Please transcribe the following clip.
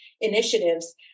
initiatives